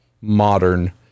modern